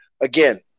again